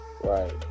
Right